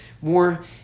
more